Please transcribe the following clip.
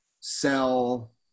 sell